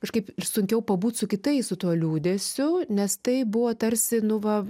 kažkaip ir sunkiau pabūt su kitais su tuo liūdesiu nes tai buvo tarsi nu va